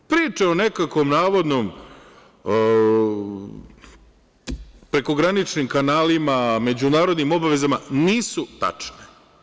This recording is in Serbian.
Priče o nekakvom navodnim prekograničnim kanalima, međunarodnim obavezama nisu tačne.